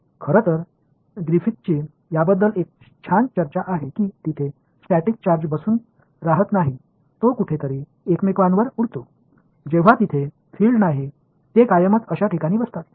खरं तर ग्रिफिथ्सची याबद्दल एक छान चर्चा आहे की तिथे स्टॅटिक चार्ज बसून राहत नाही तो कुठेतरी एकमेकांवर उडतो जोपर्यंत तिथे फिल्ड नाही ते कायमच अशा ठिकाणी बसतात